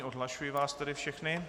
Odhlašuji vás tedy všechny.